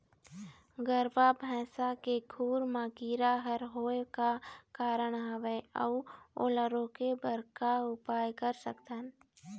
गरवा भैंसा के खुर मा कीरा हर होय का कारण हवए अऊ ओला रोके बर का उपाय कर सकथन?